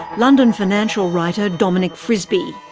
london financial writer dominic frisby.